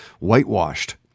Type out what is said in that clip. Whitewashed